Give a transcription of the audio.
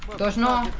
but not